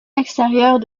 extérieurs